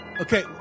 Okay